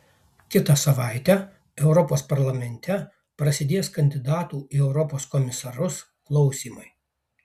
kitą savaitę europos parlamente prasidės kandidatų į europos komisarus klausymai